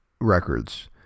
records